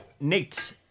Nate